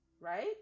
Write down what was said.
Right